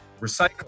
recycle